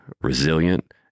resilient